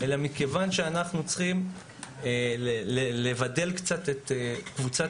אלא מכיוון שאנחנו צריכים לבדל קצת את קבוצת